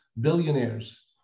billionaires